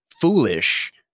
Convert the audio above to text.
foolish